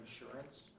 insurance